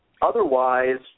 Otherwise